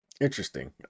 Interesting